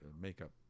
makeup